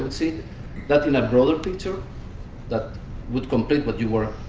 would see that in a broader picture that would complete what you were